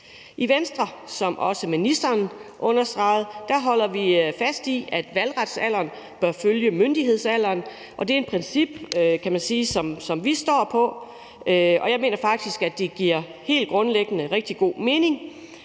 understregede, fast i, at valgretsalderen bør følge myndighedsalderen, og det er et princip, kan man sige, vi står på, og jeg mener faktisk, at det helt grundlæggende giver rigtig god mening,